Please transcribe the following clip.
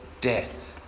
death